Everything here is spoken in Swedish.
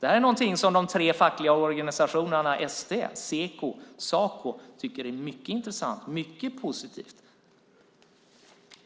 Det är någonting som de tre fackliga organisationerna ST, Seko och Saco tycker är mycket intressant och positivt.